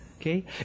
Okay